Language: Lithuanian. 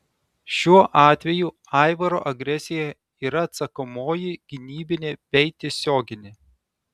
šiuo atveju aivaro agresija yra atsakomoji gynybinė bei tiesioginė